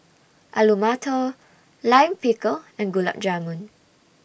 Alu Matar Lime Pickle and Gulab Jamun